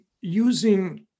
using